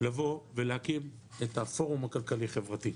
לבוא ולהקים את הפורום הכלכלי-חברתי.